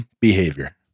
behavior